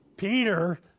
Peter